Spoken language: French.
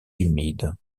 humides